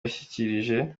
yashyikirije